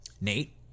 Nate